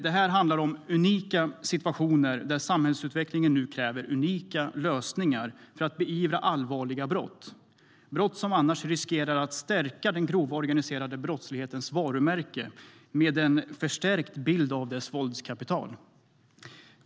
Det här handlar om unika situationer där samhällsutvecklingen nu kräver unika lösningar för att beivra allvarliga brott, brott som annars riskerar att stärka den grova organiserade brottslighetens varumärke med en förstärkt bild av dess våldskapital.